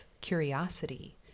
curiosity